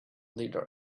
leader